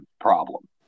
problem